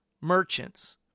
merchants